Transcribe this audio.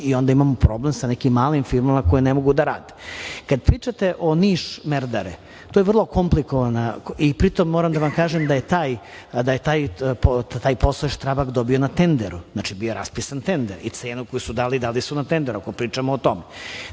i onda imamo problem sa nekim malim firmama koje ne mogu da rade. Kada pričate o Niš-Merdare to je vrlo komplikovano i pritom moram da vam kažem da je taj posao „Štrabak“ dobio na tenderu, znači bio je raspisan tender i cenu koju su dali, dali su je na tenderu. Suština je u tome